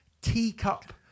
teacup